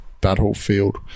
Battlefield